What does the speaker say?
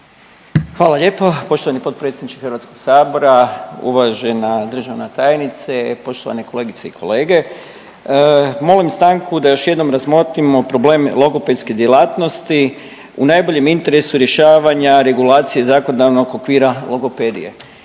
Hvala lijepo poštovani potpredsjedniče Hrvatskog sabora, uvažena državna tajnice, poštovane kolegice i kolege. Molim stanku da još jednom razmotrimo problem logopedske djelatnosti. U najboljem interesu rješavanja regulacije zakonodavnog okvira logopedije.